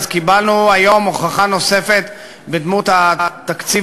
אז קיבלנו היום הוכחה נוספת בדמות תקציב